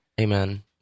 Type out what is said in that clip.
Amen